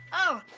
oh,